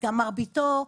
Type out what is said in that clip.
מרביתו,